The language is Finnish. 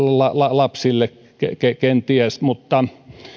lapsille kenties mutta